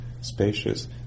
spacious